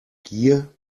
gier